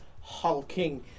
hulking